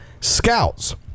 scouts